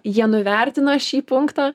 jie nuvertina šį punktą